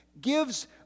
gives